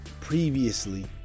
previously